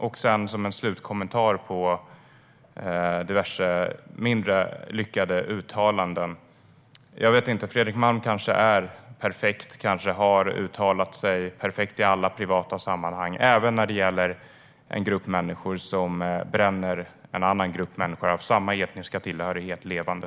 Jag ska göra en slutkommentar när det gäller diverse mindre lyckade uttalanden. Fredrik Malm är kanske perfekt. Han har kanske uttalat sig perfekt i alla privata sammanhang, även när det gäller en grupp människor som bränner en annan grupp människor av samma etniska tillhörighet levande.